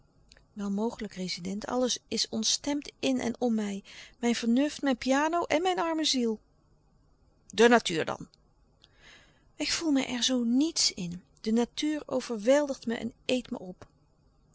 wel mogelijk rezident alles is ontstemd in en om mij mijn vernuft mijn piano en mijn arme ziel de natuur dan ik voel mij er zoo niets in de natuur overweldigt me en eet me op